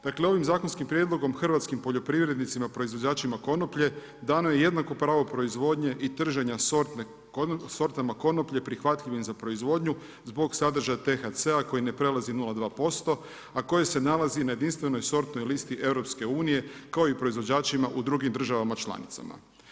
Dakle, ovim zakonskim prijedlogom hrvatskim poljoprivrednicima proizvođačima konoplje dano je jednako pravo proizvodnje i trženja sortama konoplje prihvatljivim za proizvodnju zbog sadržaja THC-a koji ne prelazi 0,2%, a koji se nalazi na jedinstvenoj sortnoj listi Europske unije kao i proizvođačima u drugim državama članicama.